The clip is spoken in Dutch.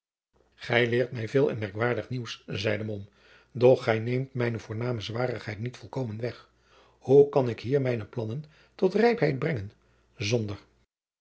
gij leert mij veel en merkwaardig nieuws zeide mom doch gij neemt mijne voorname zwarigheid niet volkomen weg hoe kan ik hier mijne plannen tot rijpheid brengen zonder